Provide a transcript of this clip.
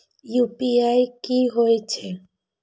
UPI की होई छै?